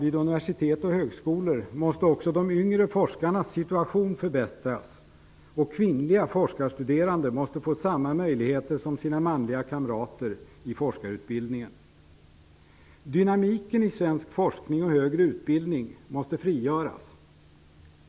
Vid universitet och högskolor måste också de yngre forskarnas situation förbättras. Kvinnliga forskarstuderande måste få samma möjligheter som sina manliga kamrater i forskarutbildningen. Dynamiken i svensk forskning och högre utbildning måste frigöras.